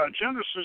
genesis